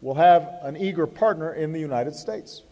will have an eager partner in the united states